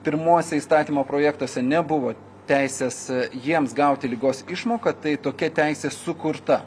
pirmuose įstatymo projektuose nebuvo teisės jiems gauti ligos išmoką tai tokia teisė sukurta